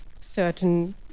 certain